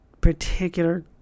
particular